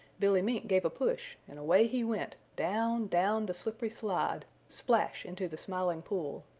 billy mink gave a push and away he went down, down the slippery slide, splash into the smiling pool.